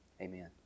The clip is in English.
Amen